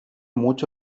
mucho